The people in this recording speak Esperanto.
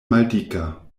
maldika